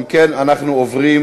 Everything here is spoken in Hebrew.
אם כן, אנחנו עוברים